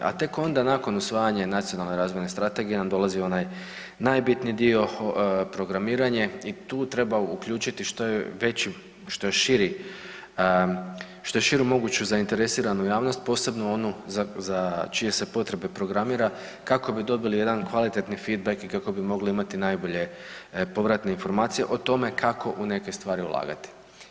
A tek onda nakon usvajanja Nacionalne razvojne strategije nam dolazi onaj najbitniji dio programiranje i tu treba uključiti što je veći, što je širu moguću zainteresiranu javnost posebno onu za čije se potrebe programira kako bi dobili jedan kvalitetni feedback i kako bi mogli imati najbolje povratne informacije o tome kako u neke stvari ulagati.